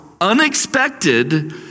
unexpected